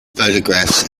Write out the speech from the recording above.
photographs